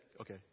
okay